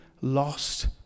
lost